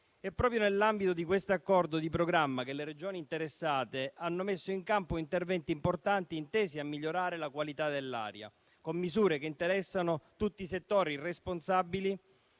È proprio nell'ambito di questo accordo di programma che le Regioni interessate hanno messo in campo interventi importanti intesi a migliorare la qualità dell'aria, con misure che interessano tutti i settori responsabili